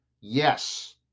Yes